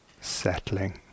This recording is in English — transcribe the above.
settling